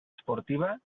esportiva